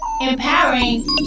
empowering